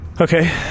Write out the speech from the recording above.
Okay